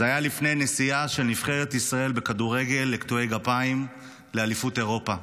זה היה לפני נסיעה של נבחרת ישראל בכדורגל לקטועי גפיים לאליפות אירופה,